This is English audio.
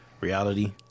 reality